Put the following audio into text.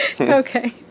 Okay